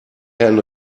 herrn